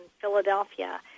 Philadelphia